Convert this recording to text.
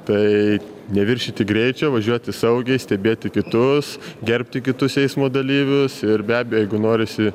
tai neviršyti greičio važiuoti saugiai stebėti kitus gerbti kitus eismo dalyvius ir be abejo jeigu norisi